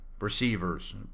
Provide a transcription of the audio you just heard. Receivers